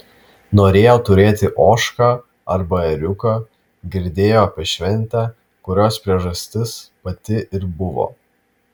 norėjo turėti ožką arba ėriuką girdėjo apie šventę kurios priežastis pati ir buvo